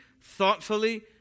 thoughtfully